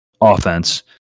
offense